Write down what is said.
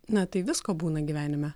na tai visko būna gyvenime